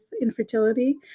infertility